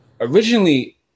originally